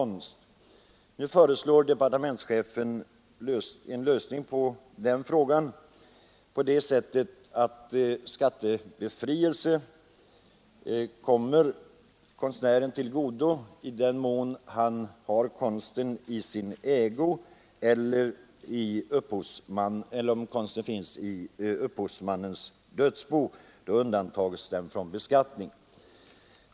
Nu föreslår departementschefen en lösning som går ut på att skattebefrielse kommer konstnären till godo i den mån han har konsten i sin ägo eller om konsten finns i upphovsmannens dödsbo. Då undantas den från beskattning.